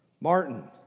Martin